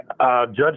Judge